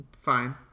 Fine